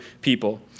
people